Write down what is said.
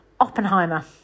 Oppenheimer